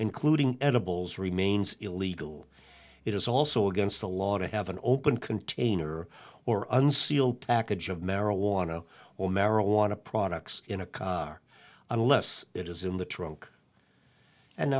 including edibles remains illegal it is also against the law to have an open container or unsealed package of marijuana or marijuana products in a car unless it is in the truck and